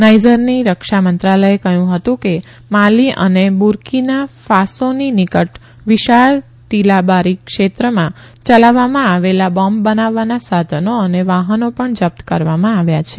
નાઇઝરની રક્ષા મંત્રાલયે કહ્યું હતું કે માલી અને બુર્કીના ફાસોની નિકટ વિશાળ તિલાબેરી ક્ષેત્રમાં યલાવવામાં આવેલા બોમ્બ બનાવવાના સાધનો અને વાહનો પણ જપ્ત કરવામાં આવ્યા હતા